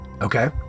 Okay